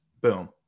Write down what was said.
boom